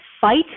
fight